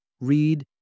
read